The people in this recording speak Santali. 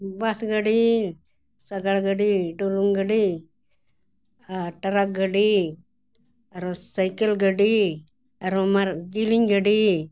ᱵᱟᱥ ᱜᱟᱹᱰᱤ ᱥᱟᱜᱟᱲ ᱜᱟᱹᱰᱤ ᱰᱩᱞᱩᱝ ᱜᱟᱹᱰᱤ ᱟᱨ ᱴᱨᱟᱠ ᱜᱟᱹᱰᱤ ᱟᱨᱚ ᱥᱟᱭᱠᱮᱞ ᱜᱟᱹᱰᱤ ᱟᱨᱚ ᱡᱮᱞᱮᱧ ᱜᱟᱹᱰᱤ